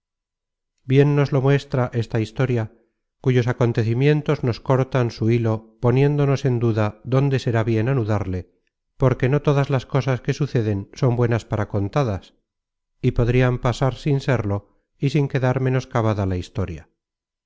nos lo muestra esta historia cuyos acontecimientos nos cortan su hilo poniéndonos en duda dónde será bien anudarle porque no todas las cosas que suceden son buenas para conta das y podrian pasar sin serlo y sin quedar menoscabada la historia